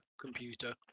computer